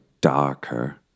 darker